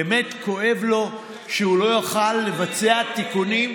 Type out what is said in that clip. באמת כואב לו שהוא לא יוכל לבצע תיקונים,